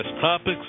topics